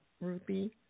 Ruthie